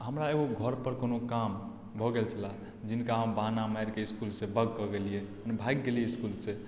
हमरा एगो कोनो काम घर पर भऽ गेल छलए जिनका हम बहाना मारिकेँ इसकुल से बॅंक के गेलियै मने भागि गेलियै इसकुल से